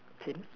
didn't